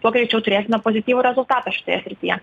tuo greičiau turėsime pozityvų rezultatą šioje srityje